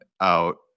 out